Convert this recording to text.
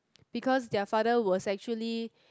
because their father was actually